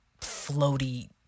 floaty